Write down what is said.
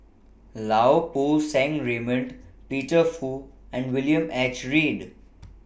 Lau Poo Seng Raymond Peter Fu and William H Read